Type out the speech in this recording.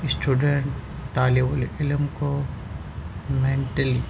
student طالب العلم کو مینٹلی